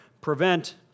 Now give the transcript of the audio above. prevent